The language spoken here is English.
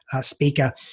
speaker